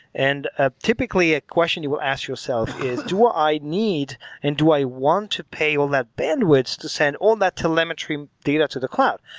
and ah typically, a question you will ask yourself is, do ah i need and do i want to pay all that bandwidth to send on that telemetry data to the cloud?